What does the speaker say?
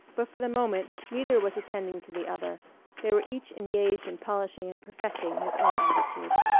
but for the moment neither was attending to the other they were each engaged in polishing and perfecting his own attitude.